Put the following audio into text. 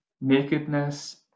nakedness